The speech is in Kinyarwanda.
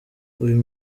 uyu